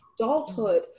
...adulthood